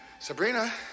Sabrina